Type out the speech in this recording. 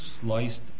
sliced